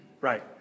Right